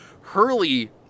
Hurley